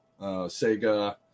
Sega